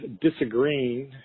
disagreeing